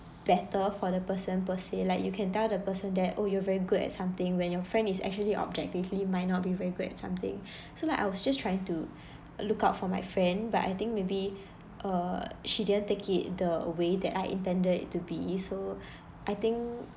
better for the person per se like you can tell the person that oh you're very good at something when your friend is actually objectively might not be very good at something so like I was just trying to look out for my friend but I think maybe err she didn't take it the way that I intended it to be so I think